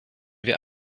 wir